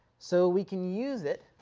so we can use it,